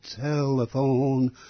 telephone